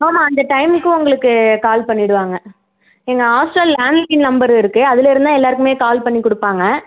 ஆமாம் அந்த டைமுக்கு உங்களுக்கு கால் பண்ணிவிடுவாங்க எங்கள் ஹாஸ்டல் லேண்ட்லைன் நம்பர் இருக்குது அதுலேருந்துதான் எல்லோருக்குமே கால் பண்ணிக் கொடுப்பாங்க